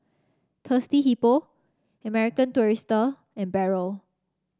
Thirsty Hippo American Tourister and Barrel